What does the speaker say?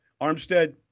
Armstead